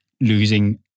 losing